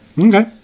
Okay